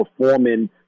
performing